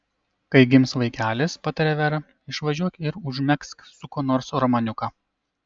kai gims vaikelis patarė vera išvažiuok ir užmegzk su kuo nors romaniuką